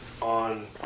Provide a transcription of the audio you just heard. on